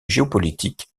géopolitique